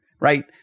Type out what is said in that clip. right